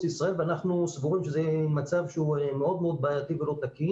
לישראל ואנחנו סבורים שזה מצב מאוד בעייתי ולא תקין.